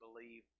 believe